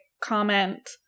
comment